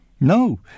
No